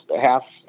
half